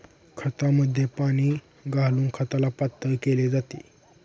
खतामध्ये पाणी घालून खताला पातळ केले जाते